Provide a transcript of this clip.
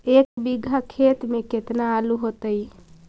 एक बिघा खेत में केतना आलू होतई?